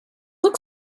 look